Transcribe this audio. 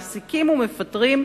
מעסיקים ומפטרים,